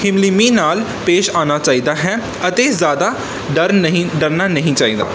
ਹਲੀਮੀ ਨਾਲ ਪੇਸ਼ ਆਉਣਾ ਚਾਹੀਦਾ ਹੈ ਅਤੇ ਜ਼ਿਆਦਾ ਡਰ ਨਹੀਂ ਡਰਨਾ ਨਹੀਂ ਚਾਹੀਦਾ